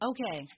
Okay